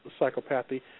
psychopathy